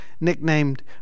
nicknamed